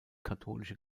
katholische